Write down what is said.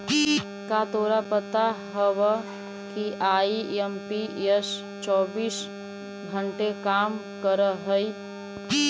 का तोरा पता हवअ कि आई.एम.पी.एस चौबीस घंटे काम करअ हई?